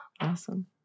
awesome